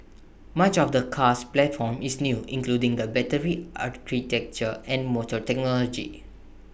much of the car's platform is new including the battery architecture and motor technology